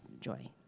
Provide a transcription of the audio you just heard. Joy